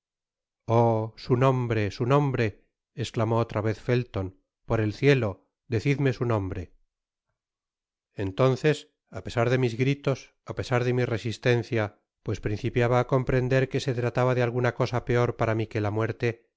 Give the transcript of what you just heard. su nombre su nombre esclamó otra vez felton por el cielo decidme su nombre entonces á pesar de mis gritos á pesar de mi resistencia pues principiaba á comprender que se trataba de alguna cosa peor para mi que la muerte